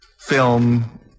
film